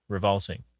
Revolting